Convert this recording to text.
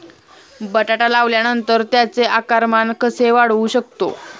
बटाटा लावल्यानंतर त्याचे आकारमान कसे वाढवू शकतो?